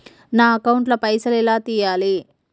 నా అకౌంట్ ల పైసల్ ఎలా తీయాలి?